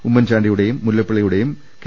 ഉമ്മൻചാണ്ടിയുടെയും മുല്ലപ്പള്ളിയുടെയും കെ